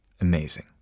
Amazing